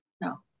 No